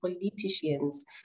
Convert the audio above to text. politicians